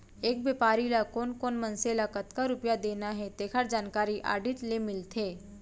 एक बेपारी ल कोन कोन मनसे ल कतना रूपिया देना हे तेखर जानकारी आडिट ले मिलथे